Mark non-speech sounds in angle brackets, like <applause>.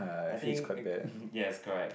I think <breath> yes is correct